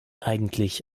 eigentlich